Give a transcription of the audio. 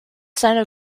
seiner